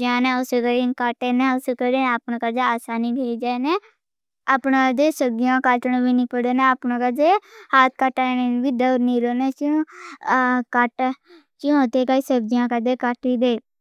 जाना उस दिन काटे ना सका। आसानी से अपना तो सदियों का जन्म लेना अपना हाथ काट देना। क्यों आते का सब्जियां काटी काटी दे।